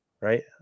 right